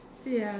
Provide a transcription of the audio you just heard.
ya